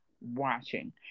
watching